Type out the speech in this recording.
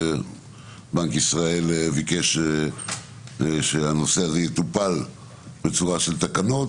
אבל בנק ישראל ביקש שהנושא הזה יטופל בצורה של תקנות.